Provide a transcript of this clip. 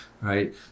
right